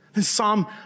Psalm